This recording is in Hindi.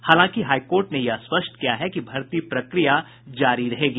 हालांकि हाईकोर्ट ने यह स्पष्ट किया है कि भर्ती प्रक्रिया जारी रहेगी